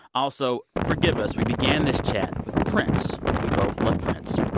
also, forgive us we began this chat with prince. we both love prince.